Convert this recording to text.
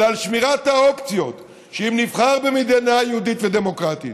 אלא על שמירת האופציות שאם נבחר במדינה יהודית ודמוקרטית,